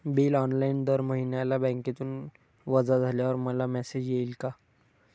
Bill online दर महिन्याला बँकेतून वजा झाल्यावर मला मेसेज येईल का?